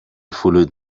فلوت